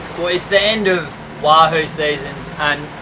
well, it's the end of wahoo season and